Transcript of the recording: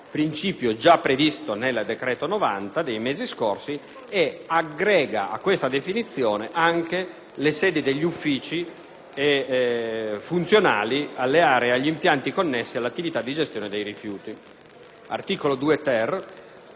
principio già previsto nel decreto legge 23 maggio 2008, n. 90, e aggrega a questa definizione anche le sedi degli uffici funzionali alle aree e agli impianti connessi all'attività di gestione dei rifiuti. L'articolo 2-*ter*